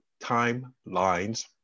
timelines